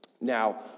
Now